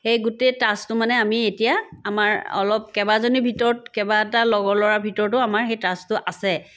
সেই গোটেই টাচটো মানে আমি এতিয়া আমাৰ অলপ কেইবাজনীৰ ভিতৰত কেইবাটা লগৰ ল'ৰা ভিতৰতো আমাৰ সেই টাচটো আছে